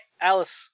Alice